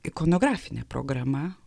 ikonografinė programa